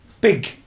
big